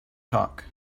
talk